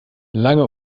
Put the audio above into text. lange